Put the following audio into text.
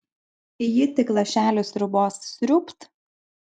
ji tik lašelį sriubos sriūbt